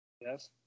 Yes